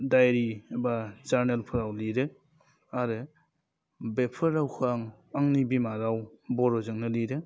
diary बा जारनेलफोराव लिरो आरो बेफोर रावखौ आं आंनि बिमा राव बर'जोंनो लिरो